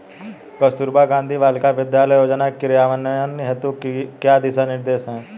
कस्तूरबा गांधी बालिका विद्यालय योजना के क्रियान्वयन हेतु क्या दिशा निर्देश हैं?